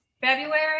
february